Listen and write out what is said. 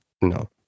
No